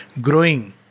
growing